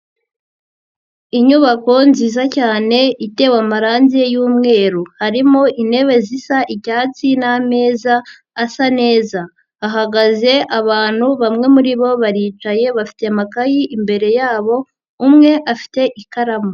Inyubako nziza cyane itewe amarangi y'umweru, harimo intebe zisa icyatsi n'ameza asa neza. hahagaze abantu, bamwe muri bo baricaye bafite amakayi imbere yabo, umwe afite ikaramu.